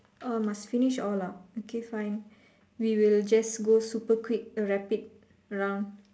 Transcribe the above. uh must finish all ah okay fine we will just go super quick rapid round